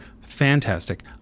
Fantastic